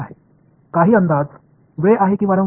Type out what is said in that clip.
இது நேரம் அல்லது அதிர்வெண் எதுவாக இருக்க முடியும்